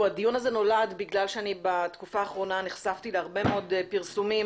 הדיון הזה נולד בגלל שבתקופה האחרונה אני נחשפתי להרבה מאוד פרסומים